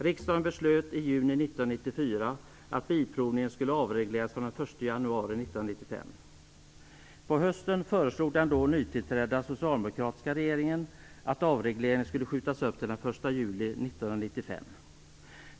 Riksdagen beslutade i juni 1994 att bilprovningen skulle avregleras från den 1 januari 1995. På hösten föreslog den då nytillträdda socialdemokratiska regeringen att avregleringen skulle skjutas upp till den 1 juli 1995.